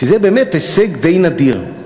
שזה באמת הישג די נדיר.